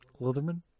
Leatherman